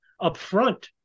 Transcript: upfront